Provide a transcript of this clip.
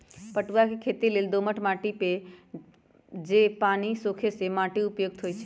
पटूआ के खेती लेल दोमट माटि जे पानि सोखे से माटि उपयुक्त होइ छइ